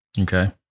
Okay